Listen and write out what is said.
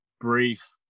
brief